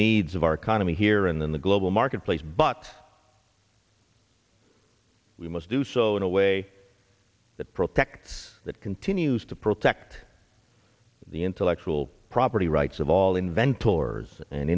needs of our economy here and in the global marketplace but we must do so in a way that protects that continues to protect the intellectual property rights of all invent tours and